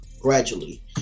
gradually